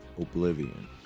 Oblivion